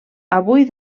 avui